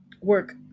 work